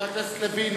חבר הכנסת לוין,